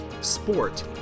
sport